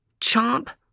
Chomp